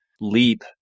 leap